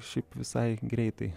šiaip visai greitai